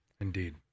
Indeed